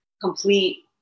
complete